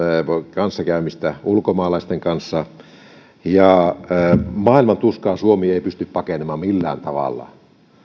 kanssakäymistä ulkomaalaisten kanssa maailmantuskaa suomi ei pysty pakenemaan millään tavalla